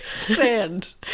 sand